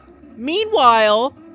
Meanwhile